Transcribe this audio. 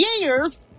years